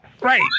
Right